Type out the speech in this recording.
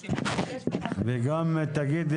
אני חייבת לומר שכל המהות של האסדרה הזאת,